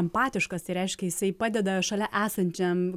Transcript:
empatiškas tai reiškia jisai padeda šalia esančiam